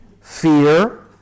fear